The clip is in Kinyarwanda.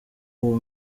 uwo